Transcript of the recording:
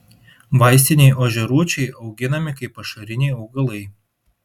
vaistiniai ožiarūčiai auginami kaip pašariniai augalai